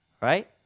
right